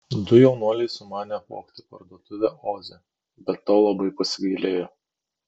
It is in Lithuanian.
du jaunuoliai sumanė apvogti parduotuvę oze bet to labai pasigailėjo